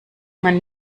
man